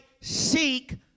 seek